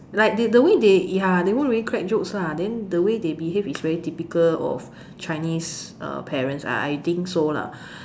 like the way they ya they won't really crack jokes lah then the way they behave is very typical of Chinese uh parents I think so lah